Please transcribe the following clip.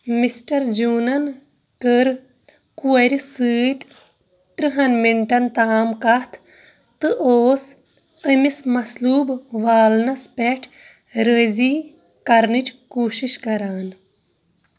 mister جونَن کٔر کورِ سۭتۍ ترٕٛہَن مِنٹَن تام کَتھ تہٕ اوس أمِس مصلوٗب والنَس پیٚٹھ رٲضی کرنٕچ کوٗشش کران